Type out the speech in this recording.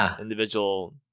individual